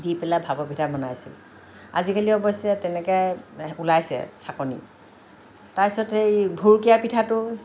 দি পেলাই ভাপৰ পিঠা বনাইছিলোঁ আজিকালি অৱশ্যে তেনেকে ওলাইছে চাকনি তাৰ পিছত সেই ভুৰুকীয়া পিঠাটো